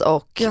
Och